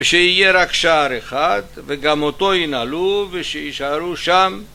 ושיהיה רק שער אחד, וגם אותו ינעלו ושיישארו שם